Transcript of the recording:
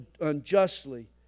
unjustly